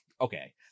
Okay